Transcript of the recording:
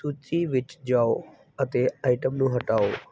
ਸੂਚੀ ਵਿੱਚ ਜਾਓ ਅਤੇ ਆਈਟਮ ਨੂੰ ਹਟਾਓ